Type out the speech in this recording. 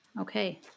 Okay